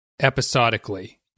episodically